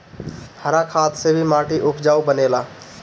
हरा खाद से भी माटी उपजाऊ बनेला